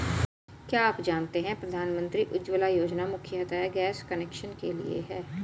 क्या आप जानते है प्रधानमंत्री उज्ज्वला योजना मुख्यतः गैस कनेक्शन के लिए है?